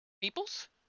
peoples